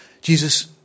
Jesus